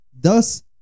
Thus